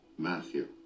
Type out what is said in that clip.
Matthew